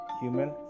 human